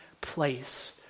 place